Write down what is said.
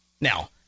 Now